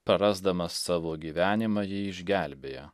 prarasdamas savo gyvenimą jį išgelbėja